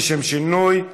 לשם שינוי,